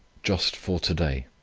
just for to-day.